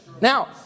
Now